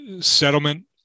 settlement